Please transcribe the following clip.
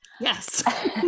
Yes